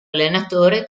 allenatore